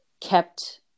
kept